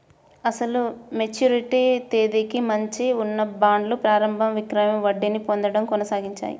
అసలు మెచ్యూరిటీ తేదీకి మించి ఉన్న బాండ్లు ప్రారంభ విక్రయం వడ్డీని పొందడం కొనసాగించాయి